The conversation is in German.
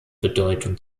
bedeutung